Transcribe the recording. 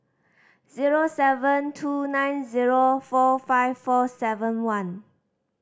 zero seven two nine zero four five four seven one